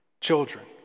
children